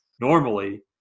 normally